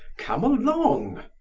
come along!